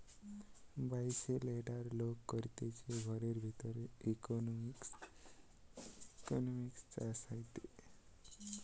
bioshelter লোক করতিছে ঘরের ভিতরের ইকোসিস্টেম চাষ হয়টে